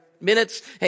minutes